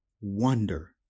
wonder